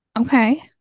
Okay